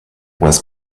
was